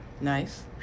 Nice